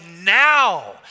now